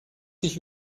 sich